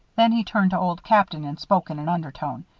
then he turned to old captain and spoke in an undertone.